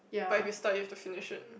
but if you start you have to finish it